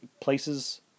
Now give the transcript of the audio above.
places